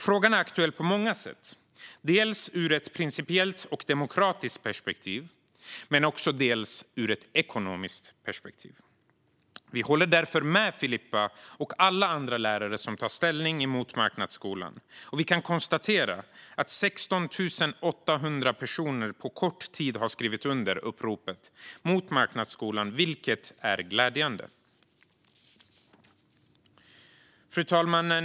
Frågan är aktuell på många sätt, dels ur ett principiellt och demokratiskt perspektiv, dels ur ett ekonomiskt perspektiv. Vi håller därför med Filippa och alla andra lärare som tar ställning emot marknadsskolan. Vi kan konstatera att 16 800 personer på kort tid har skrivit under uppropet mot marknadsskolan, vilket är glädjande. Fru talman!